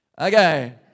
Okay